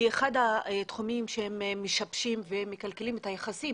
היא אחד התחומים שמשבשים ומקלקלים את היחסים